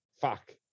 Fuck